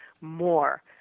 more